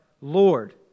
Lord